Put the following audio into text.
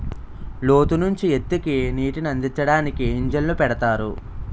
లోతు నుంచి ఎత్తుకి నీటినందించడానికి ఇంజన్లు పెడతారు